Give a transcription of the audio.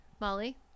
Molly